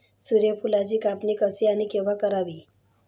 सूर्यफुलाची कापणी कशी आणि केव्हा करावी?